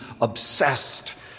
obsessed